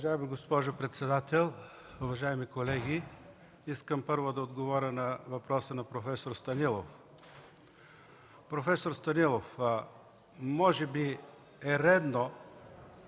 Уважаема госпожо председател, уважаеми колеги! Искам първо да отговоря на въпроса на проф. Станилов. Професор Станилов, може би е редно